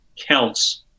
counts